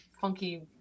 funky